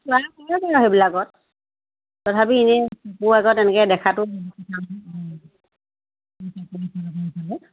সেইবিলাকত তথাপি এনেই এনেকে দেখাটো